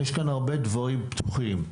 יש פה הרבה דברים פתוחים.